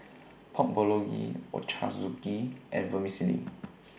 Pork Bulgogi Ochazuke and Vermicelli